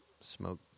smoke